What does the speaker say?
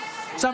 השאיר לך,